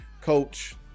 coach